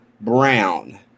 Brown